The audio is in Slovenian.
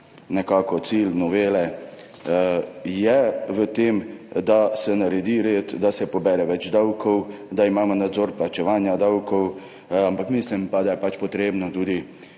je cilj novele v tem, da se naredi red, da se pobere več davkov, da imamo nadzor nad plačevanjem davkov, ampak mislim pa, da je potrebno tudi